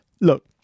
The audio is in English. Look